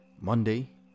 Monday